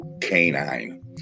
canine